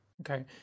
Okay